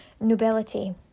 nobility